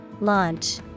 Launch